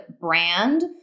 brand